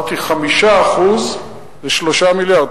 אמרתי 5% זה 3 מיליארד.